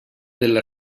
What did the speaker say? del